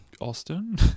austin